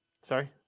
sorry